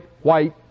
white